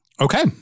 Okay